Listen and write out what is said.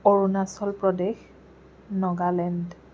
Arunachal Pradesh Nagaland